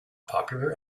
popular